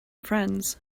friends